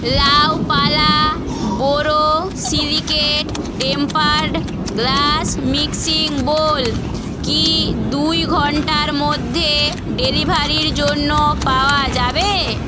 La Opala borosilicate tempered glass mixing bowl কি দুই ঘন্টার মধ্যে ডেলিভারির জন্য পাওয়া যাবে